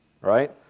Right